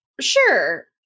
sure